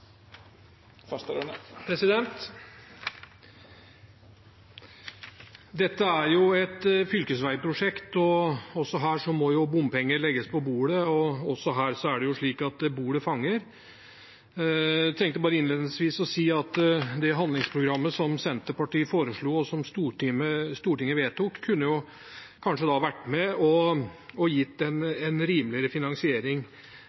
Dette er et fylkesveiprosjekt. Også her må bompenger legges på bordet, og også her er det slik at bordet fanger. Jeg tenkte bare innledningsvis å si at det handlingsprogrammet som Senterpartiet foreslo, og som Stortinget vedtok, kanskje kunne vært med og gitt en rimeligere finansiering for bilistene i en slik type prosjekt. Senterpartiet er opptatt av å